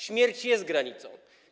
Śmierć jest granicą.